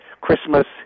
Christmas